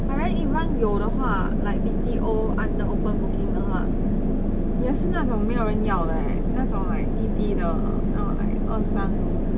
but then even 有的话 like B_T_O under open booking 的话也是那种没有人要的 eh 那种 like 低低的那种 like 二三楼